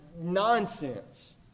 nonsense